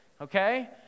okay